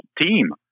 team